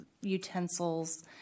utensils